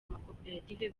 amakoperative